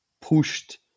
pushed